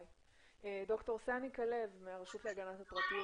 ד"ר סאני כלב מהרשות להגנת הפרטיות.